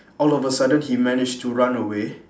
all of the sudden he managed to run away